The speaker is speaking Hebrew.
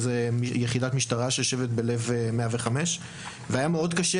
זו יחידת משטרה שיושבת בלב 105. היה מאוד קשה